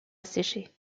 asséché